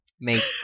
Make